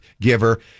giver